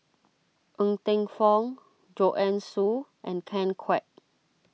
Ng Teng Fong Joanne Soo and Ken Kwek